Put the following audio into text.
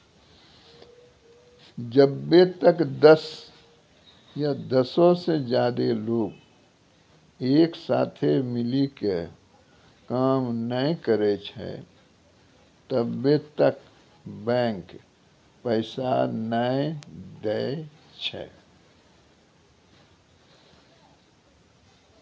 जब्बै तक दस या दसो से ज्यादे लोग एक साथे मिली के काम नै करै छै तब्बै तक बैंक पैसा नै दै छै